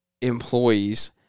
employees